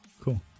cool